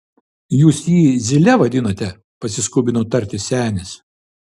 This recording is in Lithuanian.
jūs jį zyle vadinate pasiskubino tarti senis